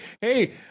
hey